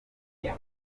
niki